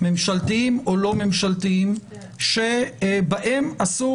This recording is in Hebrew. ממשלתיים או לא ממשלתיים - בהם אסור